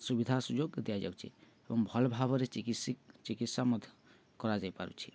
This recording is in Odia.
ସୁବିଧା ସୁଯୋଗ ଦିଆଯାଉଛି ଏବଂ ଭଲ ଭାବରେ ଚିକିତ୍ସା ମଧ୍ୟ କରାଯାଇପାରୁଛି